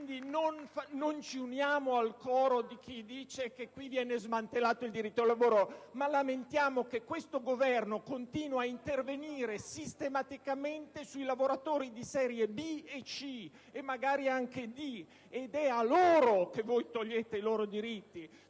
Quindi non ci uniamo al coro di chi dice che qui viene smantellato il diritto al lavoro, ma lamentiamo che questo Governo continua ad intervenire sistematicamente sui lavoratori di serie B e C e magari anche di serie D. È a loro che voi togliete i diritti,